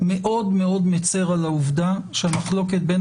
מאוד מאוד מצר על העובדה שהמחלוקת בין